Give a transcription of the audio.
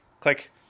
click